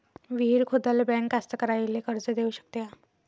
विहीर खोदाले बँक कास्तकाराइले कर्ज देऊ शकते का?